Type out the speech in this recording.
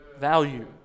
value